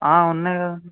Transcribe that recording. ఉన్నాయి కదా